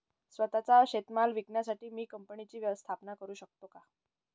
स्वत:चा शेतीमाल विकण्यासाठी मी कंपनीची स्थापना करु शकतो का?